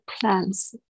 plans